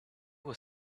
was